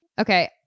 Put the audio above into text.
Okay